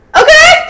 okay